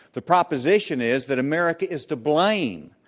the proposition is that america is to blame.